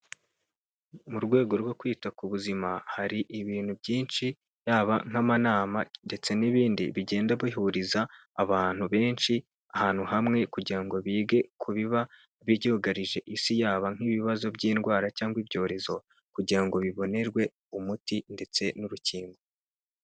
Mu rwego rwo kwita ku buzima, hari ibintu byinshi yaba nk'amanama ndetse n'ibindi bigenda bihuriza abantu benshi ahantu hamwe, kugira ngo bige ku biba byugarije isi, yaba nk'ibibazo by'indwara cyangwa ibyorezo, kugira ngo bibonerwe umuti ndetse n'urukingo.